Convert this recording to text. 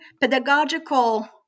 pedagogical